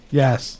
yes